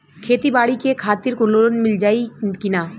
खेती बाडी के खातिर लोन मिल जाई किना?